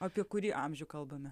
apie kurį amžių kalbame